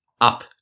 up